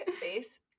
face